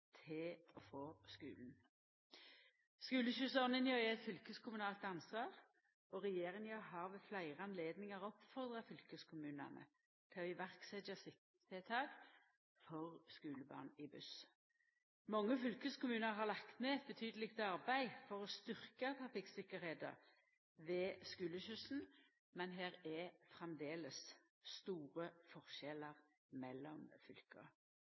til å setja i verk tryggleikstiltak for skulebarn i buss. Mange fylkeskommunar har lagt ned eit betydeleg arbeid for å styrkja trafikktryggleiken ved skuleskyssen, men det er framleis store forskjellar mellom fylka.